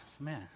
Man